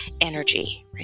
energy